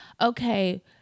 okay